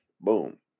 Boom